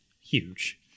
huge